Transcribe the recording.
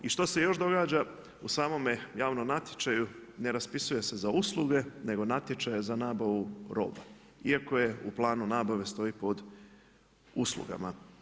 I što se još događa u samome javnome natječaju – ne raspisuje se za usluge, nego natječaj je za nabavu roba iako u planu nabave stoji pod uslugama.